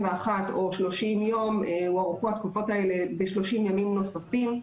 הימים או ה-30 ימים הוארכו ב-30 ימים נוספים.